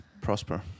prosper